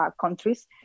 countries